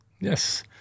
Yes